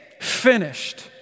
finished